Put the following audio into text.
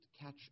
catch